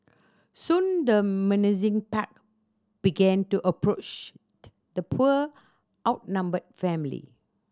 soon the menacing pack began to approach the poor outnumbered family